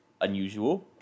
Unusual